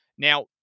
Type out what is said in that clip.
Now